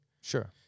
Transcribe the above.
Sure